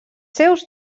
seus